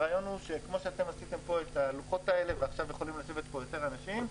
כמו שעשיתם פה את הלוחות האלה ועכשיו יכולים לשבת פה יותר אנשים,